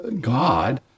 God